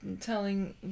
telling